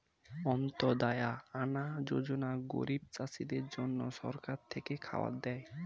অন্ত্যদায়া আনা যোজনা গরিব চাষীদের জন্য সরকার থেকে খাবার দেয়